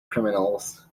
criminals